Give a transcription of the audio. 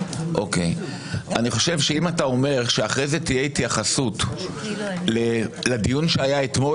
אם אתה אומר שאחרי זה תהיה התייחסות לדיון שהיה אתמול